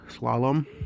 slalom